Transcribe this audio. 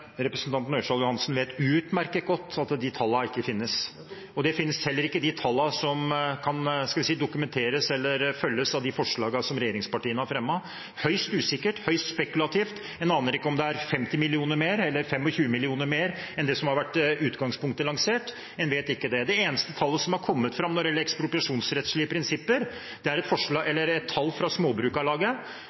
Representanten Ørsal Johansen vet utmerket godt at de tallene ikke finnes, og heller ikke de tallene som kan dokumentere eller følge av de forslagene som regjeringspartiene har fremmet. Det er høyst usikkert, høyst spekulativt – en aner ikke om det er 50 mill. kr mer eller 25 mill. kr mer enn det som i utgangspunktet har vært lansert. En vet det ikke. Det eneste tallet som har kommet fram når det gjelder ekspropriasjonsrettslige prinsipper, er et tall fra